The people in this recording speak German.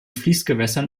fließgewässern